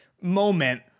moment